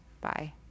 Bye